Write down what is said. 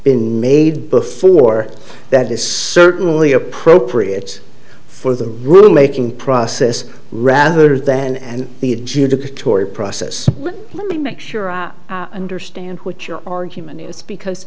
been made before that is certainly appropriate for the rulemaking process rather than and the adjudicatory process let me make sure i understand what your argument is because